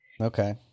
okay